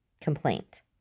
complaint